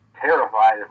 terrified